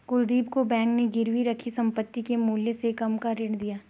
कुलदीप को बैंक ने गिरवी रखी संपत्ति के मूल्य से कम का ऋण दिया